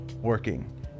working